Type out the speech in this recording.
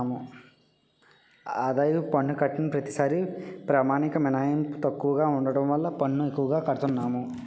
ఆదాయపు పన్ను కట్టిన ప్రతిసారీ ప్రామాణిక మినహాయింపు తక్కువగా ఉండడం వల్ల పన్ను ఎక్కువగా కడతన్నాము